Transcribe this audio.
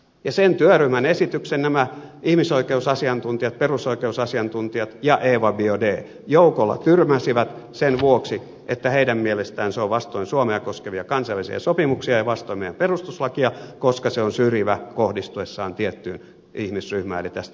sen työryhmän esityksen nämä ihmisoikeusasiantuntijat perusoikeusasiantuntijat ja eva biaudet joukolla tyrmäsivät sen vuoksi että heidän mielestään se on vastoin suomea koskevia kansainvälisiä sopimuksia ja vastoin meidän perustuslakiamme koska se on syrjivä kohdistuessaan tiettyyn ihmisryhmään eli tässä tapauksessa romaneihin